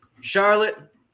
Charlotte